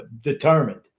determined